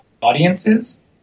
audiences